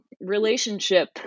relationship